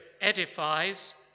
edifies